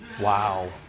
Wow